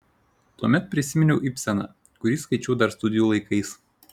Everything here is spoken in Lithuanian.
tuomet prisiminiau ibseną kurį skaičiau dar studijų laikais